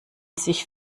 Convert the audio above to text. sich